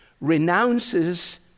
renounces